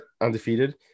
Undefeated